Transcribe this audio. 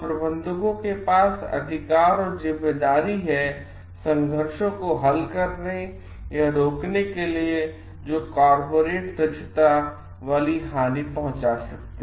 तो प्रबंधकों के पास अधिकार और जिम्मेदारी है संघर्षों को हल करने या रोकने के लिए जो कॉर्पोरेट दक्षता हानि पहुंचा सकता है